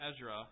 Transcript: Ezra